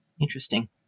interesting